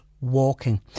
walking